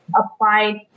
applied